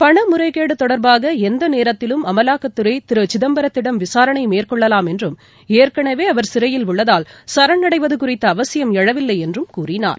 பணமுறைகேடுதொடர்பாகஎந்தநேரத்திலும் அமலாக்கத்துறைதிருசிதம்பரத்திடம் விசாரணைமேற்கொள்ளலாம் என்றும் ஏற்கனவேஅவர் சிறையில் உள்ளதால் சரண்டவதுகுறித்தஅவசியம் எழவில்லைஎன்றும் கூறினார்